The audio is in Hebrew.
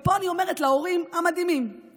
ופה אני אומרת להורים לילדי החינוך המיוחד המדהימים והאדירים: